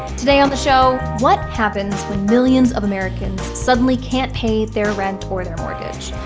today on the show, what happens when millions of americans suddenly can't pay their rent or their mortgage?